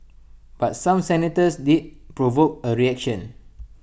but some senators did provoke A reaction